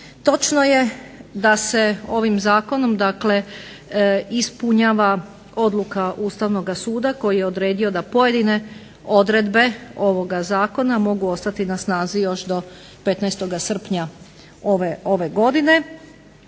Točno je da se ovim Zakonom, dakle ispunjava odluka Ustavnoga suda koji je odredio da pojedine odredbe ovoga Zakona mogu ostati na snazi još do 15. srpnja ove godine.